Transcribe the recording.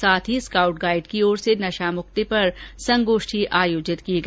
साथ ही scout guide की ओर से नशा मुक्ति पर संगोष्ठी का आयोजन किया गया